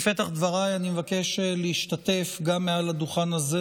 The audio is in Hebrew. בפתח דבריי אני מבקש להשתתף גם מעל הדוכן הזה